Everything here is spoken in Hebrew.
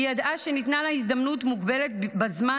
היא ידעה שניתנה לה הזדמנות מוגבלת בזמן